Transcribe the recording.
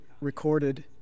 recorded